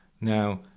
now